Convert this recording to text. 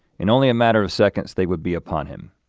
in only a matter of seconds they would be upon him.